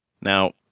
now